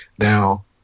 Now